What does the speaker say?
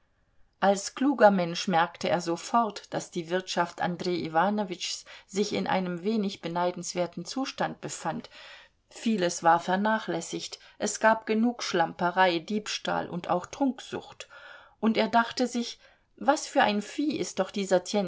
als kluger mensch merkte er sofort daß die wirtschaft andrej iwanowitschs sich in einem wenig beneidenswerten zustand befand vieles war vernachlässigt es gab genug schlamperei diebstahl und auch trunksucht und er dachte sich was für ein vieh ist doch dieser